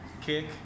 kick